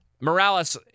Morales